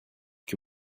que